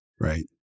Right